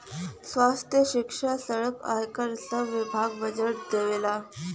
स्वास्थ्य, सिक्षा, सड़क, आयकर सब विभाग बजट देवलन